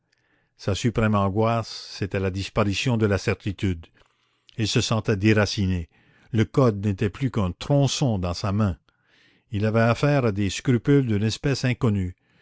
sa suprême angoisse c'était la disparition de la certitude il se sentait déraciné le code n'était plus qu'un tronçon dans sa main il avait affaire à des scrupules d'une espèce inconnue